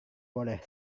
boleh